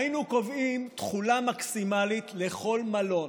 היינו קובעים תכולה מקסימלית לכל מלון,